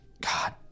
God